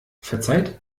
verzeiht